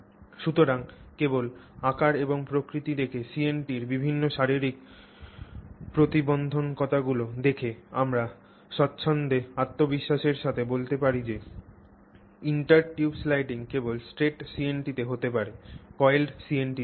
সুতরাং কেবল আকার এবং প্রকৃতি দেখে এবং CNT র বিভিন্ন শারীরিক প্রতিবন্ধকতাগুলি দেখে আমরা স্বচ্ছন্দে আত্মবিশ্বাসের সাথে বলতে পারি যে inter tube sliding কেবল straight CNT তে হতে পারে coiled CNT তে নয়